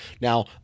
Now